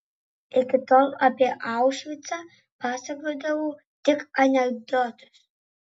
iki tol apie aušvicą pasakodavau tik anekdotus